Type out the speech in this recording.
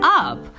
up